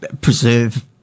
preserve